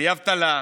בלי אבטלה,